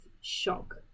shock